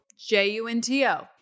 J-U-N-T-O